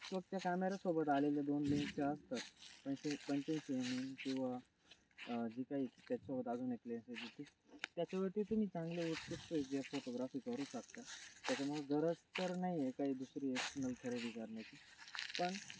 फक्त त्या कॅमेरासोबत आलेले दोन लेन्स ज्या असतात फेमिंग किंवा जी काही त्याच्यासोबत अजून एक लेन्स त्याच्यावरती तुम्ही चांगले जे फोटोग्राफी करू शकता त्याच्यामुळे गरज तर नाही आहे काही दुसरी एक्सनल खरेदी करण्याची पण